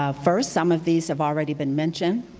ah first, some of these have already been mentioned.